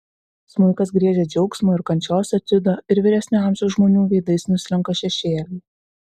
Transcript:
smuikas griežia džiaugsmo ir kančios etiudą ir vyresnio amžiaus žmonių veidais nuslenka šešėliai